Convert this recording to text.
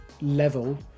level